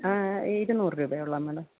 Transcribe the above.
ആ ഇരുന്നൂറ് രൂപയേ ഉള്ളൂ മേഡം